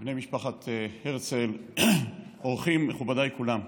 בני משפחת הרצל, אורחים, מכובדיי כולם,